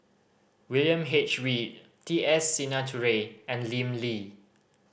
William H Read T S Sinnathuray and Lim Lee